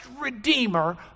redeemer